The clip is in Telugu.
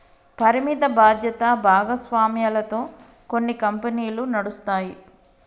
పరిమిత బాధ్యత భాగస్వామ్యాలతో కొన్ని కంపెనీలు నడుస్తాయి